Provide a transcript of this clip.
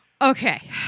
Okay